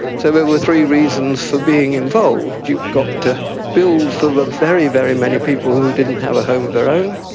so there were three reasons for being involved. you got to build for the very, very many people who didn't have a home of their own.